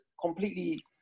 completely